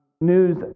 news